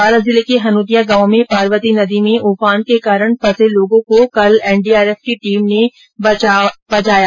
बारां जिले के हनोतिया गांव में पार्वती नदी में उफान के कारण फंसे लोगों को कल एनडीआरएफ की टीम ने बचाया